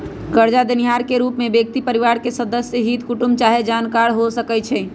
करजा देनिहार के रूप में व्यक्ति परिवार के सदस्य, हित कुटूम चाहे जानकार हो सकइ छइ